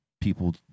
people